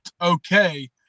okay